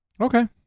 Okay